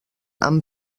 amb